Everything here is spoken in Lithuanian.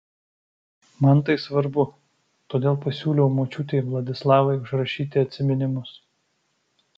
man tai svarbu todėl pasiūliau močiutei vladislavai užrašyti atsiminimus